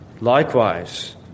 Likewise